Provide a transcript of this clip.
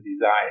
desire